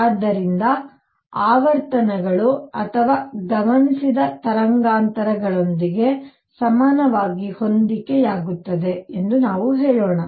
ಆದ್ದರಿಂದ ಆವರ್ತನಗಳು ಅಥವಾ ಗಮನಿಸಿದ ತರಂಗಾಂತರಗಳೊಂದಿಗೆ ಸಮನಾಗಿ ಹೊಂದಿಕೆಯಾಗುತ್ತದೆ ಎಂದು ನಾವು ಹೇಳೋಣ